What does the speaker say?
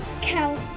count